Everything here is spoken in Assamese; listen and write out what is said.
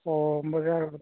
অঁ বজাৰৰ